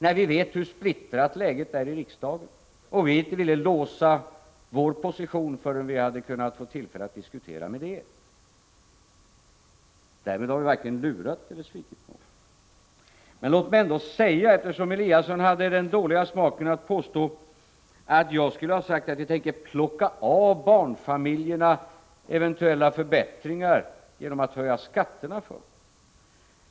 Vi visste hur splittrat läget var i riksdagen och ville inte låsa vår position förrän vi fått tillfälle att diskutera med er. Därmed har vi varken lurat eller svikit någon. Ingemar Eliasson hade den dåliga smaken att påstå att jag skulle ha sagt att vi tänker plocka av barnfamiljerna eventuella förbättringar genom att höja skatterna för dem.